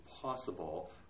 possible